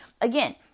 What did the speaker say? again